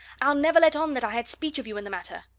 i'll never let on that i had speech of you in the matter!